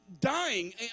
Dying